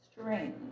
strange